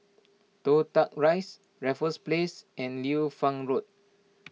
Toh Tuck Rise Raffles Place and Liu Fang Road